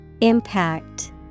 Impact